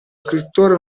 scrittore